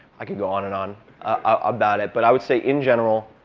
i can go on and on about it. but i would say in general,